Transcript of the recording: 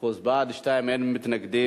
בעד, 2, אין מתנגדים.